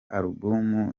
album